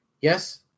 Yes